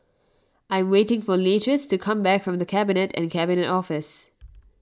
I am waiting for Leatrice to come back from the Cabinet and Cabinet Office